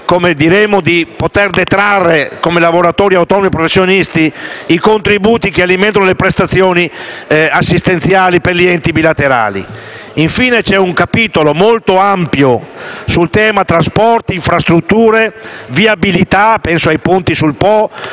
possibilità di detrarre, come lavoratori autonomi professionisti, i contributi che alimentano le prestazioni assistenziali per gli enti bilaterali. Infine, c'è un capitolo molto ampio sul tema trasporti, infrastrutture e viabilità (penso ai ponti sul Po,